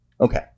Okay